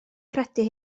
credu